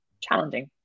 challenging